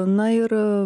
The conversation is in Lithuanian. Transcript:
na ir